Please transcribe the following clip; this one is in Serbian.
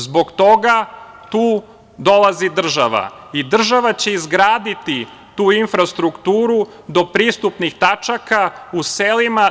Zbog toga tu dolazi država i država će izgraditi tu infrastrukturu do pristupnih tačaka u selima.